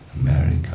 America